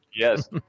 Yes